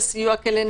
שמה